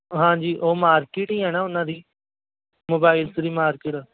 ਹਾਂਜੀ ਉਹ ਮਾਰਕੀਟ ਹੀ ਆ ਨਾ ਉਹਨਾਂ ਦੀ ਮੋਬਾਈਲਸ ਦੀ ਮਾਰਕੀਟ